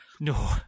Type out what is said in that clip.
No